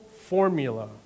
formula